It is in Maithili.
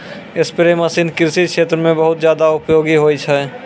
स्प्रे मसीन कृषि क्षेत्र म बहुत जादा उपयोगी होय छै